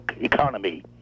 economy